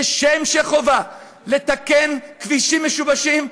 כשם שחובה לתקן כבישים משובשים,